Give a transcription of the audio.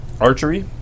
Archery